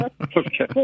Okay